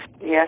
Yes